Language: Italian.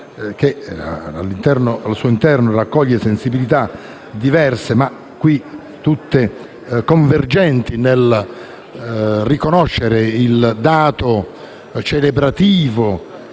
che al suo interno raccoglie sensibilità diverse, ma tutte convergenti nel riconoscere il dato celebrativo,